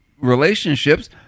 relationships